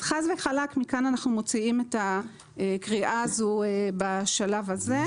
חד וחלק מכאן אנחנו מוציאים את הקריאה הזאת בשלב הזה.